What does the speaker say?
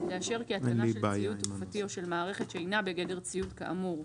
לאשר כי התקנה של ציוד תעופתי או של מערכת שאינה בגדר ציוד כאמור,